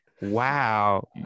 wow